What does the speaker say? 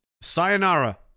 sayonara